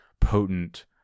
potent